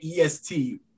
EST